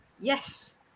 Yes